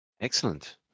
excellent